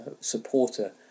supporter